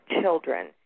children